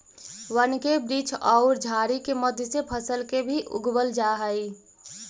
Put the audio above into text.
वन के वृक्ष औउर झाड़ि के मध्य से फसल के भी उगवल जा हई